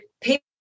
people